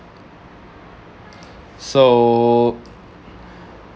so